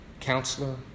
counselor